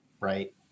right